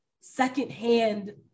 secondhand